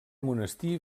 monestir